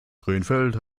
krefeld